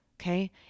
Okay